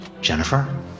Jennifer